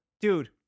Dude